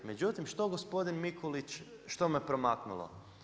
Međutim, što gospodin Mikulić, što mu je promaknulo?